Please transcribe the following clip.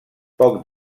poc